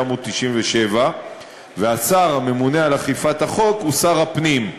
התשנ"ז 1997. השר הממונה על אכיפת החוק הוא שר הפנים,